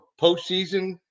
postseason